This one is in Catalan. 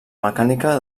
mecànica